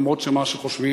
למרות מה שחושבים,